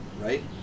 right